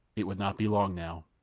it would not be long now.